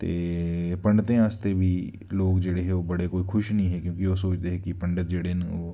ते पंडतें आस्तै बी लोग जेह्ड़े हे ओह् बड़े कोई खुश निं हे क्योंकि ओह् सोचदे हे पंडत जेह्ड़े न ओह्